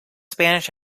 spanish